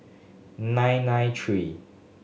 nine nine three